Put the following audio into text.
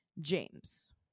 James